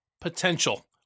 potential